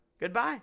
Goodbye